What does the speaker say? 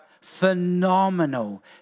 phenomenal